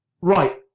Right